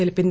తెలిపింది